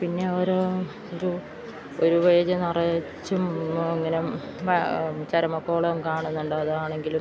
പിന്നെ ഓരോ ഒരു ഒരു പേജ് നിറച്ചും എന്നും ഇങ്ങനെ ചരമക്കോളം കാണുന്നുണ്ട് അതാണെങ്കിലും